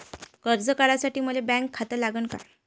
कर्ज काढासाठी मले बँकेत खातं लागन का?